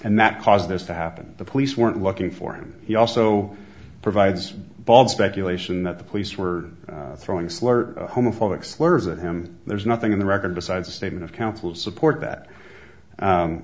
and that caused this to happen the police weren't looking for him he also provides bald speculation that the police were throwing slurs homophobic slurs at him there's nothing in the record besides a statement of council support that